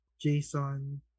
Jason